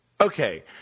Okay